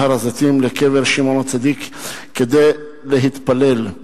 להר-הזיתים, לקבר שמעון הצדיק כדי להתפלל,